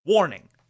Warning